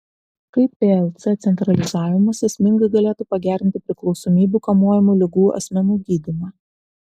kaip plc centralizavimas esmingai galėtų pagerinti priklausomybių kamuojamų ligų asmenų gydymą